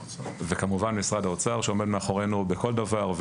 וכמובן משרד האוצר עומד מאחורינו בכל דבר,